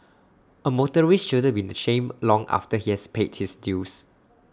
A motorist shouldn't be the shamed long after he has paid his dues